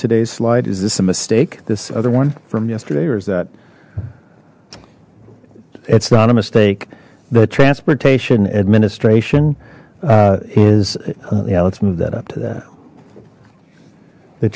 today's slide is this a mistake this other one from yesterday or is that it's not a mistake the transportation administration is now let's move that up to that the